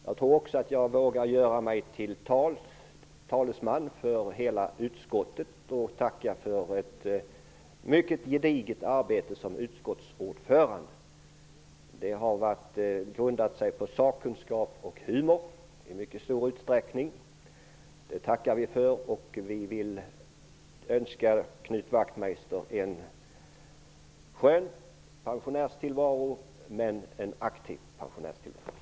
Jag tror också att jag vågar göra mig till talesman för hela utskottet och tacka för ett mycket gediget arbete som Knut Wachtmeister har utfört som utskottsordförande. Det har i mycket stor utsträckning grundat sig på sakkunskap och humor. Det tackar vi för, och vi vill önska Knut Wachtmeister en skön men aktiv pensionärstillvaro.